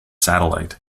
satellite